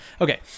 Okay